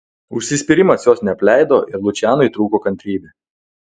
užsispyrimas jos neapleido ir lučianui trūko kantrybė